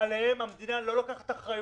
עליהם המדינה לא לוקחת אחריות.